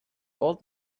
old